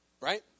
Right